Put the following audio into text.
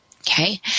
Okay